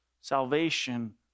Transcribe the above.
Salvation